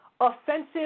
offensive